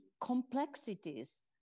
complexities